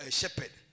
shepherd